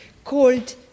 called